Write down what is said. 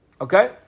Okay